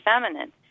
feminine